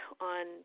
on